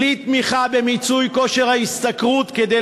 בלי תמיכה במיצוי כושר ההשתכרות כדי